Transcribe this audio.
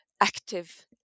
active